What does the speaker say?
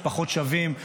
משפחות שבים,